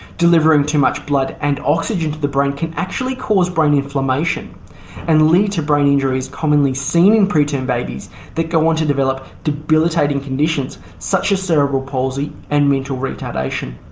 delivering too much blood and oxygen to the brain can actually cause brain inflammation and lead to brain injuries commonly seen in preterm babies that go on to develop debilitating conditions such as cerebral palsy and mental retardation.